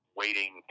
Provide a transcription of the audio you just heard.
waiting